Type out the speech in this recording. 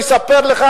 הוא יספר לך,